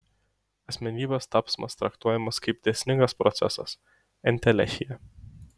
asmenybės tapsmas traktuojamas kaip dėsningas procesas entelechija